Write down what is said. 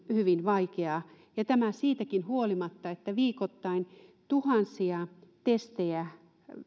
hyvin vaikeaa tämä siitäkin huolimatta että viikoittain tuhansia testejä